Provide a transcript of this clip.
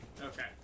Okay